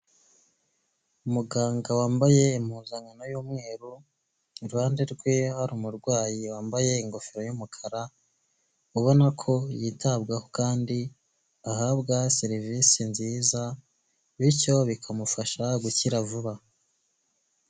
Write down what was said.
Umuganga wambaye impuzankano y'umweru iruhande rwe hari umurwayi wambaye ingofero y'umukara, ubona ko yitabwaho kandi ahabwa serivisi nziza bityo bikamufasha gukira vuba.